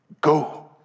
go